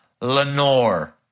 Lenore